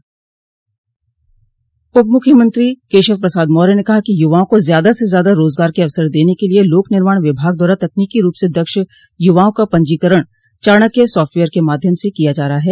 उप मुख्यमंत्री केशव प्रसाद मौर्य ने कहा है कि युवाओं को ज्यादा से ज्यादा रोजगार के अवसर देने के लिए लोक निर्माण विभाग द्वारा तकनीकी रूप से दक्ष युवाओं का पंजीकरण चाणक्य सॉफ्टवेयर के माध्यम से किया जा रहा है